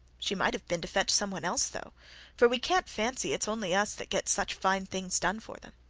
she might have been to fetch some one else, though for we can't fancy it's only us that get such fine things done for them.